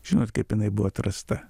žinot kaip jinai buvo atrasta